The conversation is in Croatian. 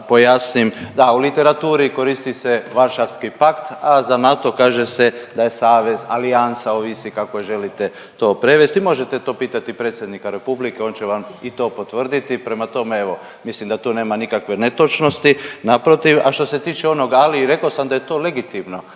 da u literaturi koristi se Varšavski pakt, a za NATO kaže se da je savez, alijansa ovisi kako želite to prevesti. I možete to pitati predsjednika Republike on će vam i to potvrditi, prema tome evo mislim da tu nema nikakve netočnosti, naprotiv. A što se tiče onog ali i rekao sam da je to legitimno,